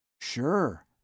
Sure